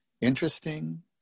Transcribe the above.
interesting